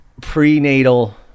prenatal